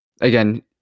again